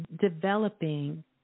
developing